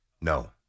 No